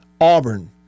Auburn